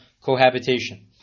cohabitation